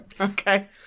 Okay